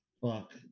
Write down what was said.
Fuck